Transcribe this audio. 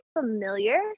familiar